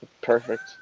Perfect